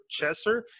chesser